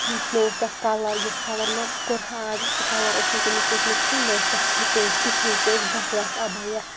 نہ اوس تَتھ کَلَر یُس کَلَر مےٚ کوٚرہا آرڈَر سُہ کَلَر اوس نہٕ تِمو سوٗزمُت کہِ نہ ٲسۍ تَتھ فِٹِنٛگ کِہیٖنۍ سُہ اوس بَکواس اَبیا